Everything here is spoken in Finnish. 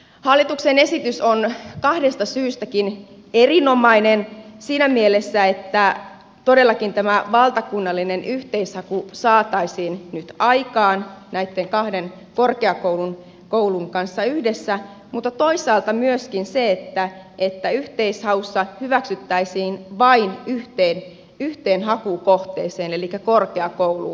hallituksen esitys on kahdesta syystäkin erinomainen siinä mielessä että todellakin tämä valtakunnallinen yhteishaku saataisiin nyt aikaan näitten kahden korkeakoulun kanssa yhdessä mutta toisaalta myöskin siinä että yhteishaussa hyväksyttäisiin vain yhteen hakukohteeseen elikkä korkeakouluun